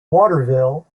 waterville